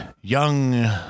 young